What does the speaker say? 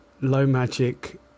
low-magic